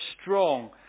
strong